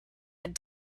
had